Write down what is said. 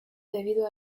debido